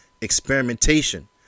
experimentation